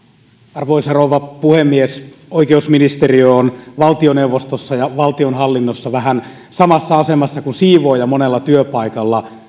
arvoisa rouva puhemies oikeusministeriö on valtioneuvostossa ja valtionhallinnossa vähän samassa asemassa kuin siivooja monella työpaikalla